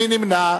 מי נמנע?